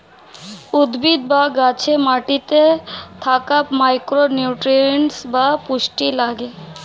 উদ্ভিদ বা গাছে মাটিতে থাকা মাইক্রো নিউট্রিয়েন্টস বা পুষ্টি লাগে